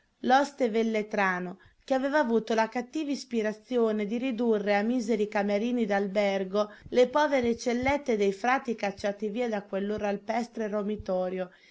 l'oste velletrano che aveva avuto la cattiva ispirazione di ridurre a miseri camerini d'albergo le povere cellette dei frati cacciati via da quel loro alpestre